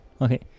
Okay